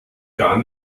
gar